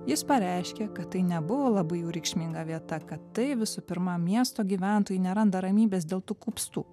jis pareiškė kad tai nebuvo labai jau reikšminga vieta kad tai visų pirma miesto gyventojai neranda ramybės dėl tų kupstų